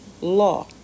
law